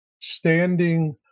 standing